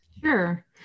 Sure